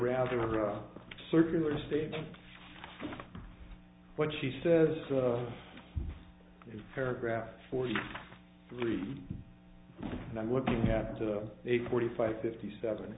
rather a circular statement what she says is paragraph forty three and i'm looking have to a forty five fifty seven